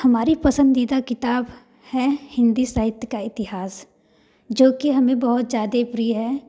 हमारी पसंदीदा किताब है हिंदी साहित्य का इतिहास जो कि हमें बहुत ज़्यादा प्रिय है